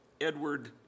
Edward